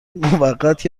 موقت